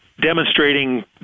demonstrating